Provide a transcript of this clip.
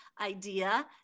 idea